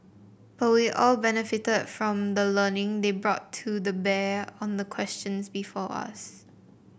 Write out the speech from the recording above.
but we all benefited from the learning they brought to the bear on the questions before us